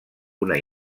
una